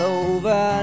over